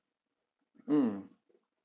mm